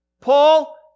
Paul